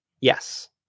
Yes